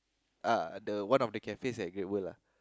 uh the one of the cafes at Great-World lah